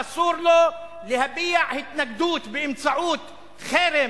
שאסור לו להביע התנגדות באמצעות חרם,